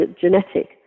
genetic